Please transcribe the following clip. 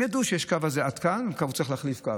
הם ידעו שהקו הזה עד כאן וצריך להחליף קו.